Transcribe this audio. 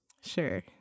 sure